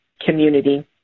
community